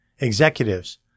Executives